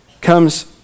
comes